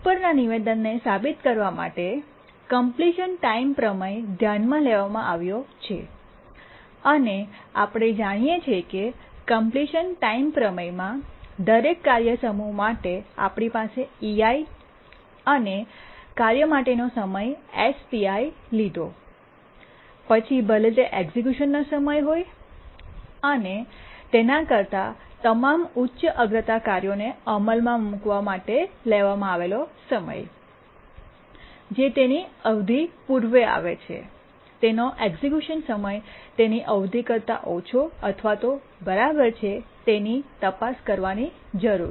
ઉપરના નિવેદનને સાબિત કરવા માટે કમ્પ્લીશન ટાઇમ્ પ્રમેય ધ્યાનમાં લેવામાં આવ્યો છે અને આપણે જાણીએ છીએ કે કમ્પ્લીશન ટાઇમ્ પ્રમેયમાં દરેક કાર્ય સમૂહ માટે આપણી પાસે ઇઆઈ અને કાર્ય માટેનો સમય એસટીઆઈ લીધો પછી ભલે તે એક્ઝેક્યુશનનો સમય હોય અને તેના કરતા તમામ ઉચ્ચ અગ્રતા કાર્યોને અમલમાં મૂકવા માટે લેવામાં આવેલો સમય જે તેની અવધિ પૂર્વે આવે છેતેનો એક્સક્યૂશન સમય તેની અવધિ કરતાં ઓછો અથવા બરાબર છે તેની તપાસ કરવાની જરૂર છે